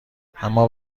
اما